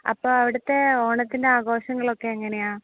അപ്പോൾ അവിടുത്തെ ഓണത്തിൻ്റെ ആഘോഷങ്ങളൊക്കെ എങ്ങനെയാണ്